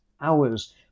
hours